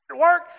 work